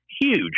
huge